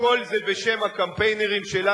הכול זה בשם הקמפיינרים שלה,